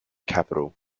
capital